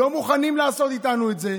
לא מוכנים לעשות איתנו את זה.